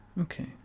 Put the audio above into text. Okay